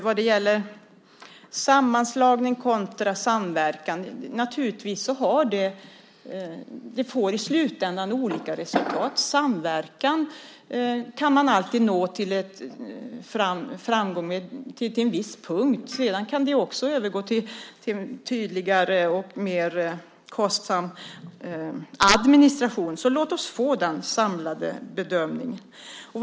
Vad gäller frågan om sammanslagning kontra samverkan får de naturligtvis olika resultat i slutändan. Med samverkan kan man alltid nå framgång till en viss punkt. Sedan kan det ju också övergå till tydligare och mer kostsam administration. Låt oss alltså få den samlade bedömningen.